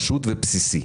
פשוט ובסיסי.